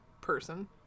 person